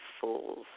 fools